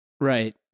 Right